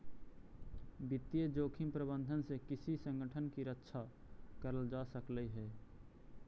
वित्तीय जोखिम प्रबंधन से किसी संगठन की रक्षा करल जा सकलई हे